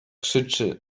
krzyczy